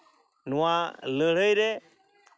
ᱱᱚᱣᱟ ᱞᱟᱹᱲᱦᱟᱹᱭ ᱨᱮ